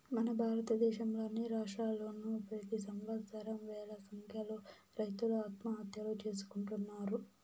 మన భారతదేశంలో అన్ని రాష్ట్రాల్లోనూ ప్రెతి సంవత్సరం వేల సంఖ్యలో రైతులు ఆత్మహత్యలు చేసుకుంటున్నారు